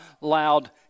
loud